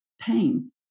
pain